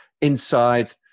inside